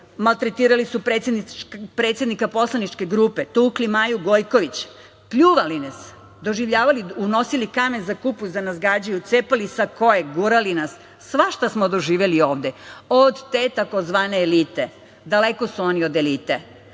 Maltretirali su predsednika poslaničke grupe, tukli Maju Gojković, pljuvali nas, unosili kamen za kupus da nas gađaju, cepali sakoe, gurali nas. Svašta smo doživeli ovde od te tzv. elite. Daleko su oni od elite. Mi